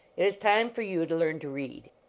it is time for you to learn to read.